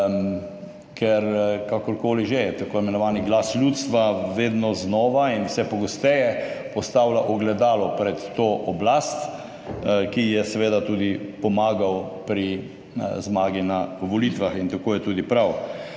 ker kakor koli že, tako imenovani Glas ljudstva vedno znova in vse pogosteje postavlja ogledalo pred to oblast, ki ji je seveda tudi pomagal pri zmagi na volitvah, in tako je tudi prav.